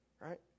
right